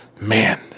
Man